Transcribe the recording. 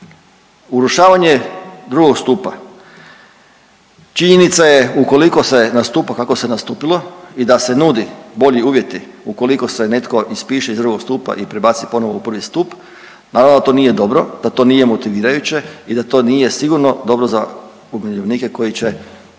Urušavanje drugog stupa. Činjenica je ukoliko se nastupa kako se nastupilo i da se nudi bolji uvjeti ukoliko se netko ispiše iz drugog stupa i prebaci ponovo u prvi stup, naravno da to nije dobro, da to nije motivirajuće i da to nije sigurno dobro za umirovljenike koji će